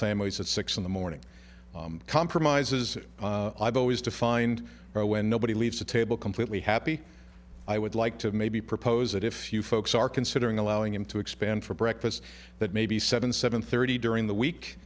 families at six in the morning compromises i've always to find out when nobody leaves the table completely happy i would like to maybe propose it if you folks are considering allowing him to expand for breakfast that maybe seven seven thirty during the week